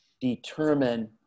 determine